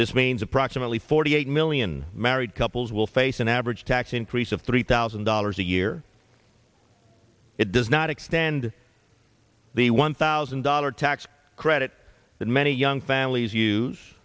this means of actually forty eight million married couples will face an average tax increase of three thousand dollars a year it does not extend the one thousand dollars tax credit that many young families